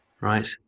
Right